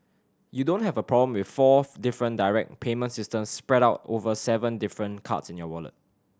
you don't have a problem with four different direct payment systems spread out over seven different cards in your wallet